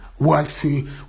worldview